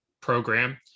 program